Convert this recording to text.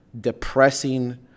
depressing